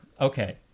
Okay